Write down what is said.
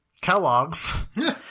Kellogg's